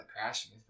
crashing